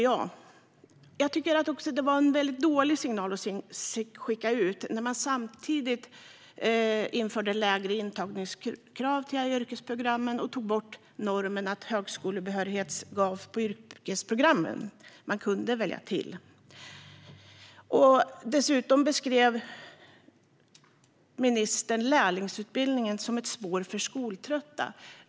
Jag tycker att det var en väldigt dålig signal att skicka ut när man samtidigt införde lägre intagningskrav till yrkesprogrammen och tog bort normen att högskolebehörighet skulle ges på yrkesprogrammen - man kunde välja till ämnen. Dessutom beskrev ministern lärlingsutbildningen som ett spår för skoltrötta.